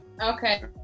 Okay